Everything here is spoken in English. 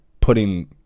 putting